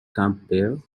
campbell